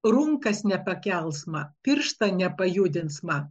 runkas nepakelsma piršto nepajudinsma